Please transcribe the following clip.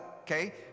okay